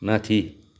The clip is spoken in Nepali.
माथि